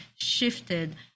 shifted